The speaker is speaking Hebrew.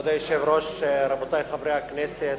כבוד היושב-ראש, רבותי חברי הכנסת,